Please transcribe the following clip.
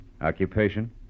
Occupation